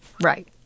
Right